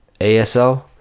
ASL